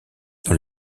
dans